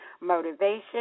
Motivation